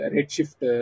Redshift